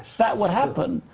that would happen.